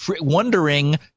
wondering